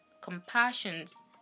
compassions